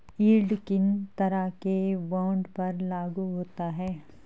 Yield किन तरह के बॉन्ड पर लागू होता है?